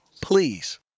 please